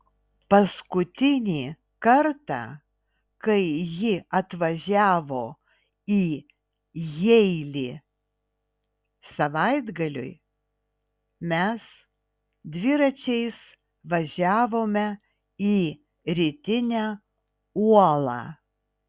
paskutinį kartą kai ji atvažiavo į jeilį savaitgaliui mes dviračiais važiavome į rytinę uolą